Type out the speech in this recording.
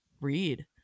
read